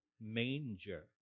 manger